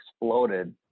exploded